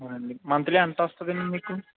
అండి మంత్లీ ఎంత వస్తుంది అండి మీకు